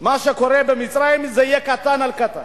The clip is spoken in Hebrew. מה שקורה במצרים זה יהיה קטן על קטן.